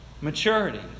maturity